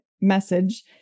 message